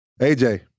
AJ